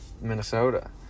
Minnesota